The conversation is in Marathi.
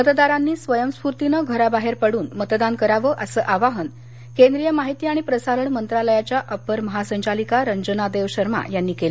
मतदारांनी स्वयंस्फूर्तीनं घराबाहेर पडुन मतदान कराव असं आवाहन केंद्रीय माहिती आणि प्रसारण मंत्रालयाच्या अप्पर महासंचालिका रंजना देव शर्मा यांनी केलं